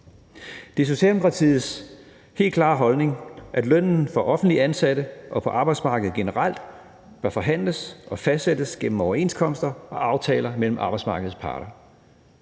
Det er Socialdemokratiets helt klare holdning, at lønnen for offentligt ansatte og for arbejdsmarkedet generelt bør forhandles og fastsættes gennem overenskomster og aftaler mellem arbejdsmarkedets parter.